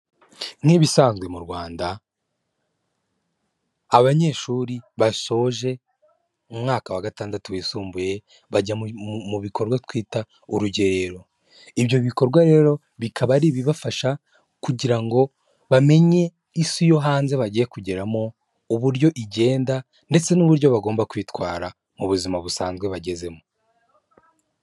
Nk'ibisanzwe mu Rwanda abanyeshuri basoje umwaka wa gatandatu wisumbuye bajya mu bikorwa twita urugerero, ibyo bikorwa rero bikaba ari ibibafasha kugira ngo bamenye isi yo hanze bagiye kugeramo uburyo igenda ndetse n'uburyo bagomba kwitwara mu buzima busanzwe bagezemo.